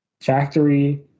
factory